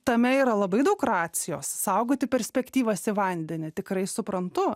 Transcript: tame yra labai daug racijos saugoti perspektyvas į vandenį tikrai suprantu